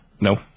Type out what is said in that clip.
No